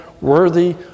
worthy